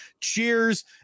Cheers